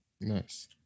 Nice